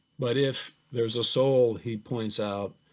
but if there's a soul, he points out,